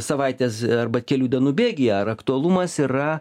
savaitės arba kelių dienų bėgyje ar aktualumas yra